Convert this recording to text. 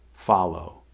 follow